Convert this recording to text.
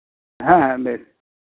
ᱦᱮᱸ ᱦᱮᱸ ᱵᱮᱥ